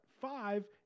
five